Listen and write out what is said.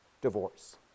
divorce